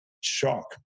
shock